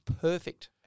perfect